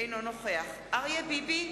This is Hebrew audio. אינו נוכח אריה ביבי,